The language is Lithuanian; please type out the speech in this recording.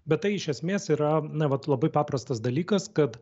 bet tai iš esmės yra na vat labai paprastas dalykas kad